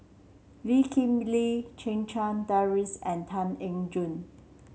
Lee Kip Lee Checha Davies and Tan Eng Joo